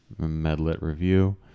medlitreview